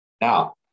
Now